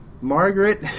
Margaret